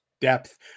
depth